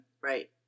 Right